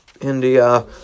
India